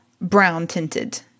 brown-tinted